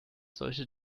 solche